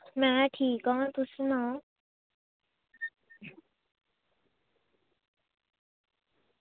में ठीक आं तुस सनाओ